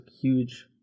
huge